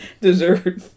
Dessert